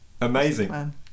amazing